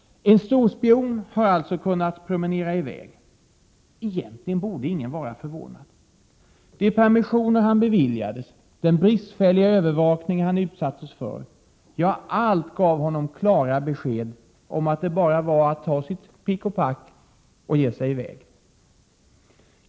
En storspion har alltså kunnat promenera i väg. Egentligen borde ingen vara förvånad. De permissioner han beviljades, den bristfälliga övervakning han utsattes för, ja allt gav honom klara besked om att det bara var att ta sitt pick och pack och ge sig i väg.